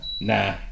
Nah